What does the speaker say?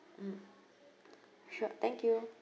mm sure thank you